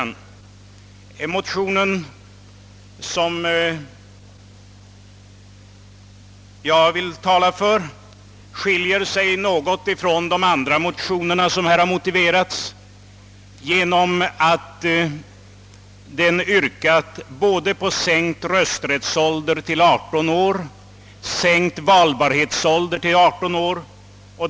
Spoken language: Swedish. Den motion som jag vill tala för skiljer sig något från de andra motioner som nu har motiverats genom att den yrkar både på en sänkning av rösträttsåldern till 18 år och en sänkning av valbarhetsåldern till 18 år.